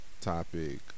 topic